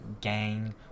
gang